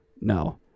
No